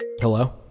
hello